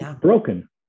broken